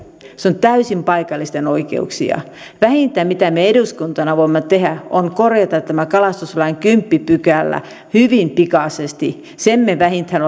ne ovat täysin paikallisten oikeuksia vähintä mitä me eduskuntana voimme tehdä on korjata tämä kalastuslain kymmenes pykälä hyvin pikaisesti sen me vähintään